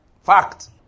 Fact